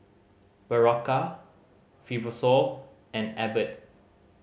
Berocca Fibrosol and Abbott